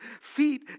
feet